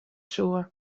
soe